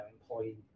employee